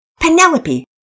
Penelope